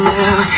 now